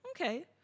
okay